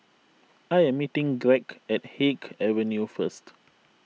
I am meeting Gregg at Haig Avenue first